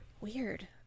Weird